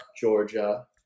Georgia